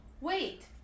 Wait